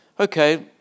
Okay